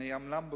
אומנם בקואליציה,